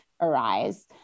arise